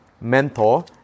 mentor